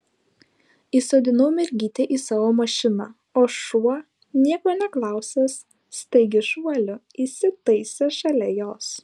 įsodinau mergytę į savo mašiną o šuo nieko neklausęs staigiu šuoliu įsitaisė šalia jos